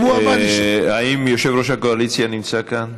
האם יושב-ראש הקואליציה נמצא כאן?